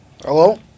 Hello